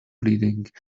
bleeding